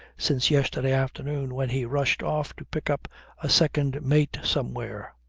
since yesterday afternoon when he rushed off to pick up a second mate somewhere.